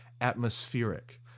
atmospheric